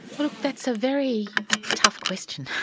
look that's a very tough question.